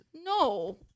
No